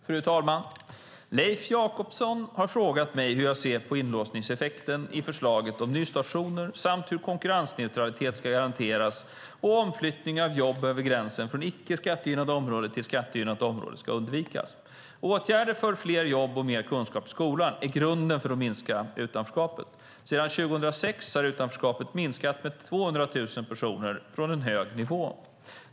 Fru talman! Leif Jakobsson har frågat mig hur jag ser på inlåsningseffekten i förslaget om nystartszoner samt hur konkurrensneutralitet ska garanteras och omflyttning av jobb över gränsen från icke skattegynnat område till skattegynnat område ska undvikas. Åtgärder för fler jobb och mer kunskap i skolan är grunden för att minska utanförskapet. Sedan 2006 har utanförskapet minskat med 200 000 personer från en hög nivå.